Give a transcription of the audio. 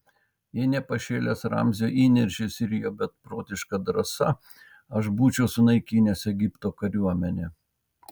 jei ne pašėlęs ramzio įniršis ir jo beprotiška drąsa aš būčiau sunaikinęs egipto kariuomenę